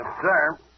sir